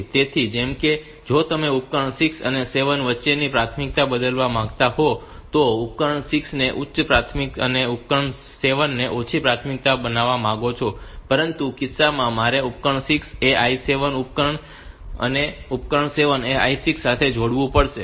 તેથી જેમ કે જો તમે ઉપકરણ 6 અને ઉપકરણ 7 વચ્ચેની પ્રાથમિકતા બદલવા માંગતા હોવ તો તમે ઉપકરણ 6 ને ઉચ્ચ પ્રાથમિકતા અને ઉપકરણ 7 ને ઓછી પ્રાથમિકતા બનાવવા માંગો છો પરંતુ તે કિસ્સામાં મારે ઉપકરણ 6 ને I 7 અને ઉપકરણ 7 ને I 6 સાથે જોડવું પડશે